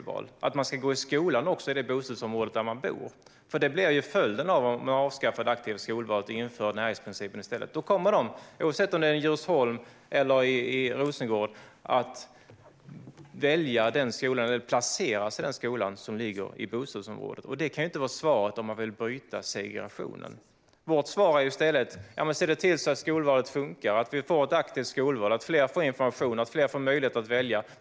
Är svaret att elever ska gå i skolan i det bostadsområde där de bor? Det blir ju följden om man avskaffar det aktiva skolvalet och i stället inför närhetsprincipen. Då kommer eleverna, oavsett om vi talar om Djursholm eller Rosengård, att placeras i den skola som ligger i deras bostadsområde. Detta kan inte vara svaret om man vill bryta segregationen. Vårt svar är i stället att man bör se till att skolvalet funkar och att vi får ett aktivt skolval - att fler får information och att fler får möjlighet att välja.